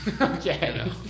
Okay